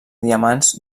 diamants